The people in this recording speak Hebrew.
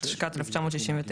התשכ"ט-1969,